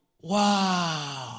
wow